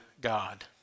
God